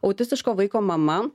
autistiško vaiko mama